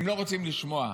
הם לא רוצים לשמוע.